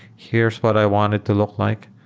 here's what i want it to look like.